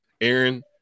Aaron